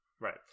Right